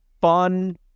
fun